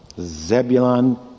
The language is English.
Zebulon